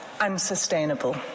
unsustainable